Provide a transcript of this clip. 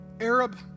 Arab